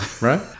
right